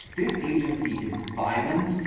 this agency is violent.